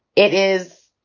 it is